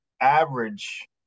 average